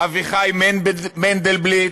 אביחי מנדלבליט,